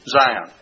Zion